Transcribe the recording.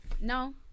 No